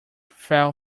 fell